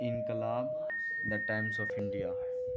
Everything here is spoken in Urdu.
انقلاب دا ٹائمس آف انڈیا